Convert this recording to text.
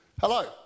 Hello